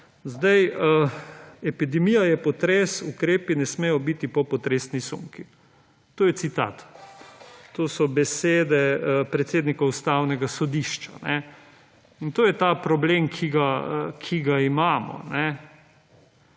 Sedaj: »Epidemija je potres, ukrepi ne smejo biti popotresni sunki.«, to je citat, to so besede predsednika Ustavnega sodišča in to je ta problem, ki ga imamo.